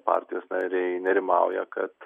partijos nariai nerimauja kad